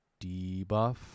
debuff